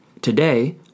Today